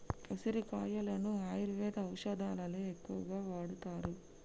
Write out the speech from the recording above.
ఉసిరికాయలను ఆయుర్వేద ఔషదాలలో ఎక్కువగా వాడుతారు